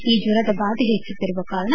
ಈ ಜ್ವರದ ಭಾದೆ ಹೆಚ್ಚುತ್ತಿರುವ ಕಾರಣ